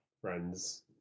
friends